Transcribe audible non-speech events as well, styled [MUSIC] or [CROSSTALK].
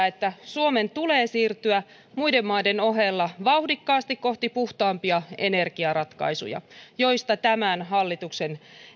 [UNINTELLIGIBLE] että suomen tulee siirtyä muiden maiden ohella vauhdikkaasti kohti puhtaampia energiaratkaisuja joista tämän hallituksen